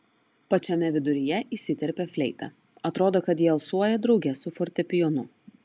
pačiame viduryje įsiterpia fleita atrodo kad ji alsuoja drauge su fortepijonu